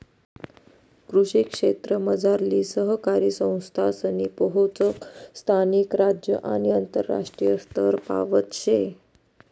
कृषी क्षेत्रमझारली सहकारी संस्थासनी पोहोच स्थानिक, राज्य आणि आंतरराष्ट्रीय स्तरपावत शे